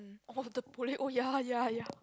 oh the oh ya ya ya